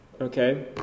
okay